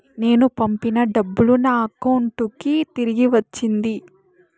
నేను పంపిన డబ్బులు నా అకౌంటు కి తిరిగి వచ్చింది